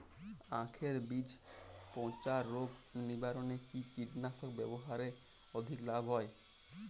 আঁখের বীজ পচা রোগ নিবারণে কি কীটনাশক ব্যবহারে অধিক লাভ হয়?